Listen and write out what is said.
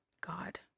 god